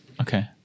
Okay